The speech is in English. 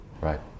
Right